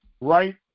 right